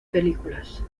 películas